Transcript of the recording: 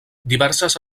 diverses